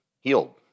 healed